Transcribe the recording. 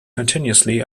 continuously